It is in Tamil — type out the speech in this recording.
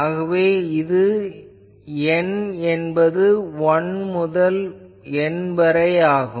ஆகவே இதில் n என்பது 1 முதல் N வரை ஆகும்